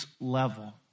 level